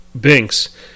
Binks